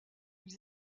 ils